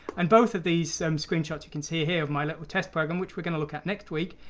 and both of these screenshots you can see here of my little test program. which we're going to look at next week.